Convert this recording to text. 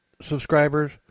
subscribers